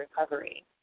recovery